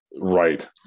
right